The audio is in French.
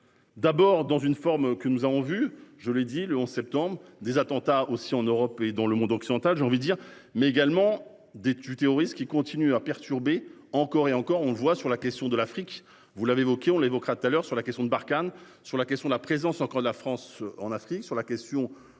D'abord dans une forme que nous avons vu, je l'ai dit le 11 septembre des attentats aussi en Europe et dans le monde occidental. J'ai envie dire mais également d'études terroristes qui continuent à perturber encore et encore on voit sur la question de l'Afrique, vous l'avez évoqué, on l'évoquera tout à l'heure sur la question de Barkhane sur la question de la présence encore la France en Afrique sur la question